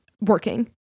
working